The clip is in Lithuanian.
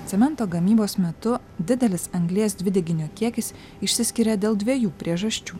cemento gamybos metu didelis anglies dvideginio kiekis išsiskiria dėl dviejų priežasčių